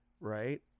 Right